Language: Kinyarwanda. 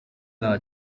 nta